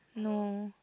no